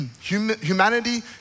Humanity